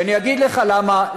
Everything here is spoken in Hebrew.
ואני אגיד לך למה.